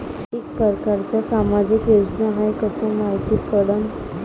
कितीक परकारच्या सामाजिक योजना हाय कस मायती पडन?